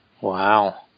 Wow